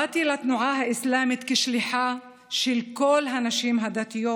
באתי לתנועה האסלאמית כשליחה של כל הנשים הדתיות,